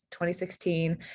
2016